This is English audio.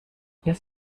yes